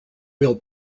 wheel